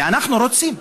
ואנחנו רוצים,